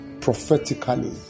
prophetically